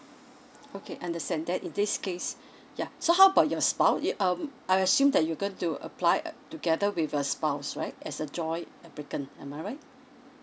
okay understand then in this case ya so how about your spouse you um I assume that you're going to apply uh together with your spouse right as a joint applicant am I right